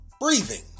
breathing